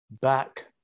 back